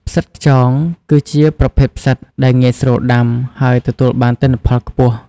ផ្សិតខ្យង គឺជាប្រភេទផ្សិតដែលងាយស្រួលដាំ ហើយទទួលបានទិន្នផលខ្ពស់។